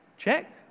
Check